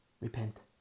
Repent